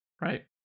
right